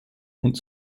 und